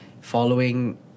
following